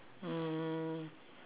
hmm